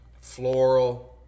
floral